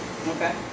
Okay